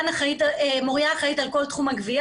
אני